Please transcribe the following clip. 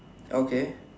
okay